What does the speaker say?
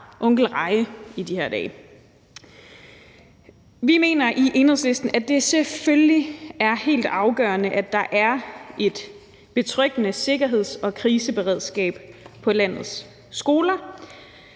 Vi mener i Enhedslisten, at det selvfølgelig er helt afgørende, at der er et betryggende sikkerheds- og kriseberedskab på landets skoler.